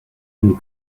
him